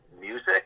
music